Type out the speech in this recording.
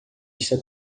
está